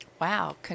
wow